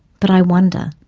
but i wonder,